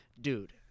dude